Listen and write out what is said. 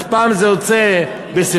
אז פעם זה יוצא בספטמבר,